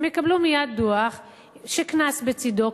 הם יקבלו מייד דוח שקנס בצדו,